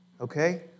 okay